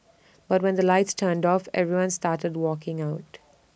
but when the lights turned off everyone started walking out